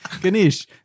Ganesh